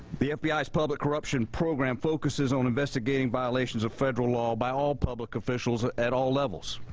the fbi's public corruption program focuses on investigating violations of federal law by all public officials ah at all levels.